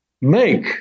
Make